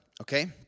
Okay